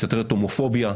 מסתתרת הומופוביה,